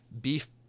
beef